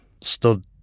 stood